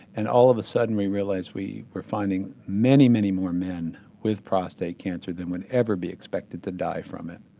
and all of a sudden we realised we were finding many many more men with prostate cancer than would ever be expected to die from it.